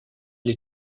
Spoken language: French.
les